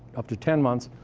up to ten months,